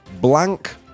Blank